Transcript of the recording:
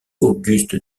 auguste